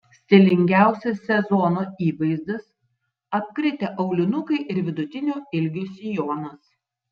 stilingiausias sezono įvaizdis apkritę aulinukai ir vidutinio ilgio sijonas